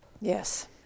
Yes